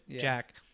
Jack